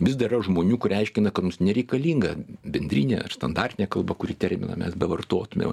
vis dar yra žmonių kurie aiškina kad mums nereikalinga bendrinė standartinė kalba kuri terminą mes bevartotume jau